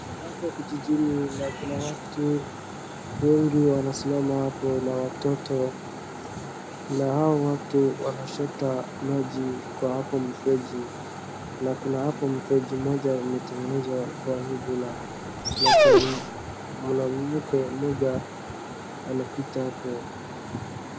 Hapo kijijini na kuna watu wengi wanasimama hapo na watoto. Na hao watu wanashota maji kwa hapo mfeji. Na kuna hapo mfeji mmoja imetengenezwa kwa hibula. Na kuna mwanamke mmoja anapita hapo.